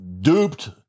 duped